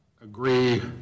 agree